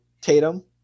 Tatum